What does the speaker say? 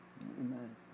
Amen